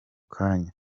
kanya